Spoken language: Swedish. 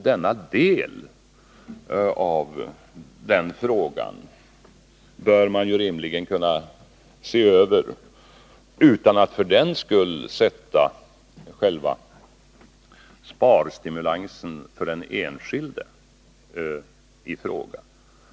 Den delen av frågan bör man rimligtvis kunna se över utan att för den skull sätta själva sparstimulansen för den enskilde i fråga.